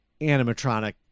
animatronic